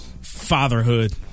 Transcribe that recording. Fatherhood